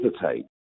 hesitate